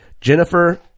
Jennifer